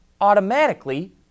automatically